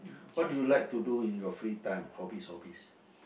what do you like to do in your free time hobbies hobbies